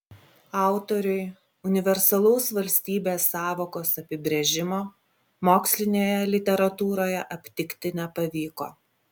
autoriui universalaus valstybės sąvokos apibrėžimo mokslinėje literatūroje aptikti nepavyko